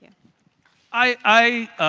i,